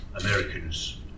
Americans